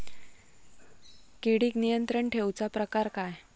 किडिक नियंत्रण ठेवुचा प्रकार काय?